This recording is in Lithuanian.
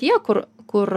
tie kur kur